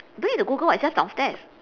don't need to google [what] it's just downstairs